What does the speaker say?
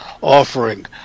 offering